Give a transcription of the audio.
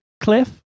cliff